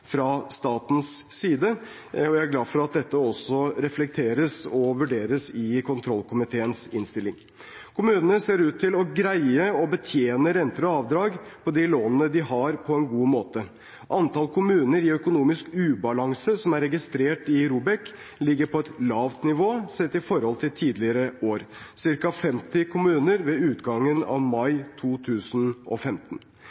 fra statens side. Jeg er glad for at dette også reflekteres og vurderes i kontrollkomiteens innstilling. Kommunene ser ut til å greie å betjene renter og avdrag på de lånene de har, på en god måte. Antall kommuner i økonomisk ubalanse som er registrert i ROBEK, ligger på et lavt nivå sett i forhold til tidligere år, ca. 50 kommuner ved utgangen av mai 2015.